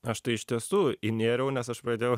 aš tai iš tiesų įnėriau nes aš pradėjau